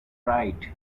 right